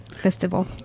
festival